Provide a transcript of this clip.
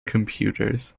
computers